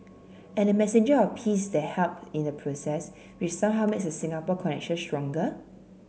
and the messenger of peace that help in the process which somehow makes the Singapore connection stronger